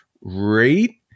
rate